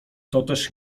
toteż